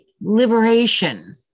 liberation